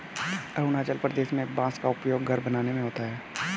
अरुणाचल प्रदेश में बांस का उपयोग घर बनाने में होता है